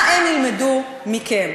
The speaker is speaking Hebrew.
מה הם ילמדו מכם?